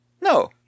No